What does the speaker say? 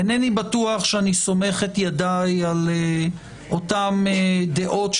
אינני בטוח שאני סומך את ידיי על אותן דעות,